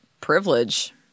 privilege